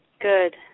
Good